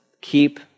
keep